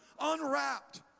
unwrapped